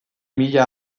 mila